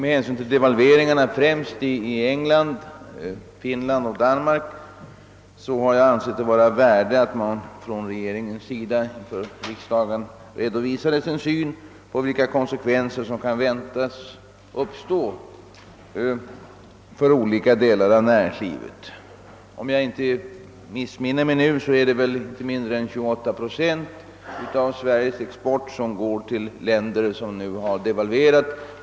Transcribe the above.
Med hänsyn till devalveringarna främst i England, Finland och Danmark har jag ansett det vara av värde att regeringen för riksdagen redovisar sin syn på vilka konsekvenser som kan väntas uppstå för olika delar av näringslivet. Om jag inte missminner mig, går inte mindre än 28 procent av Sveriges export till länder som nu har devalverat.